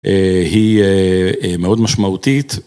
היא מאוד משמעותית.